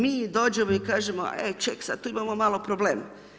Mi dođemo i kažemo ej, ček, sad tu imamo malo problem.